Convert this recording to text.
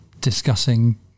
discussing